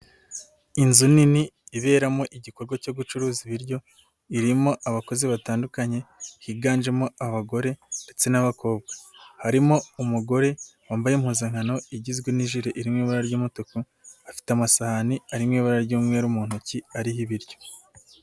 Inzu nini iberamo igikorwa cyo gucuruza ibiryo, irimo abakozi batandukanye higanjemo abagore ndetse n'abakobwa. Harimo umugore wambaye impuzankano igizwe n'iji rimwe iba ry'umutuku afite amasahani arimo ibara ry'umweru mu ntoki ariho ibiryo.